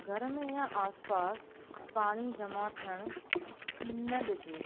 घर में या आस पास पाणी जमा थियणु न ॾिजे